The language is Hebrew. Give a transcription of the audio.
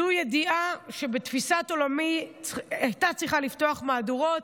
זו ידיעה שבתפיסת עולמי הייתה צריכה לפתוח מהדורות.